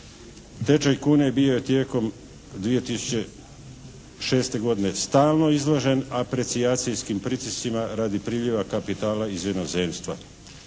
Tečaj kune bio je tijekom 2006. godine stalno izložen aprecijacijskim pritiscima radi priljeva kapitala iz inozemstva.